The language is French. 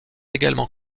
également